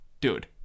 dude